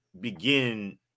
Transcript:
begin